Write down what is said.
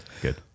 Good